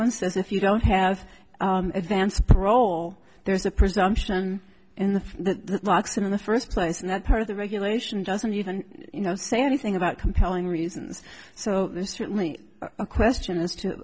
one says if you don't have advanced parole there's a presumption in the box in the first place and that part of the regulation doesn't even you know say anything about compelling reasons so there's certainly a question as to